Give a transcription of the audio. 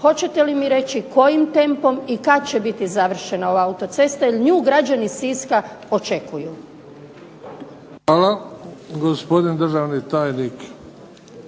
Hoćete li mi reći kojim tempom i kad će biti završena ova autocesta, jer nju građani Siska očekuju. **Bebić, Luka (HDZ)** Hvala. Gospodin državni tajnik